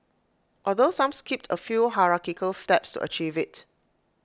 although some skipped A few hierarchical steps to achieve IT